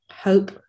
hope